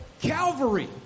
Calvary